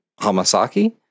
Hamasaki